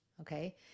Okay